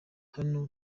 hano